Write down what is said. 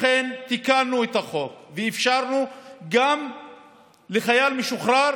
לכן, תיקנו את החוק ואפשרנו לחייל משוחרר